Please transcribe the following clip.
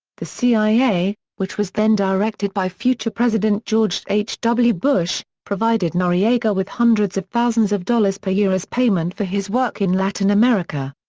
the cia, which was then directed by future president george h. w. bush, provided noriega with hundreds of thousands of dollars per year as payment for his work in latin america.